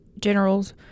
generals